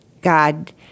God